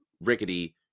rickety